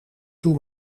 toe